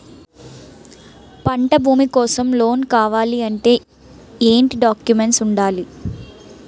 పంట భూమి కోసం లోన్ కావాలి అంటే ఏంటి డాక్యుమెంట్స్ ఉండాలి?